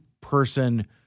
person